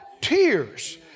tears